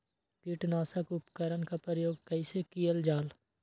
किटनाशक उपकरन का प्रयोग कइसे कियल जाल?